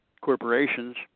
corporations